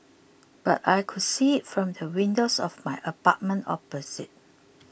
but I could see it from the windows of my apartment opposite